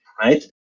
right